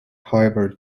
however